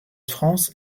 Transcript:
france